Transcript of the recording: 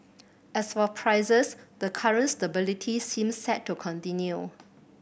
as for prices the current stability seems set to continue